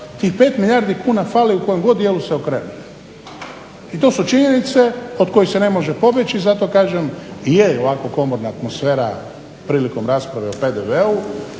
tih 5 milijardi kuna fali u kojem god dijelu se okrenete. I to su činjenice od kojih se ne može pobjeći. Zato kažem je ovako komotna atmosfera prilikom rasprave o PDV-u